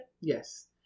Yes